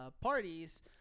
parties